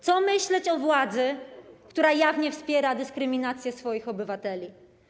Co myśleć o władzy, która jawnie wspiera dyskryminację swoich obywateli?